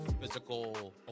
physical